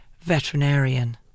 veterinarian